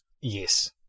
Yes